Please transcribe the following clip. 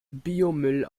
biomüll